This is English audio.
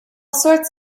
sorts